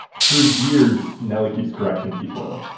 for years, nelly keeps correcting people.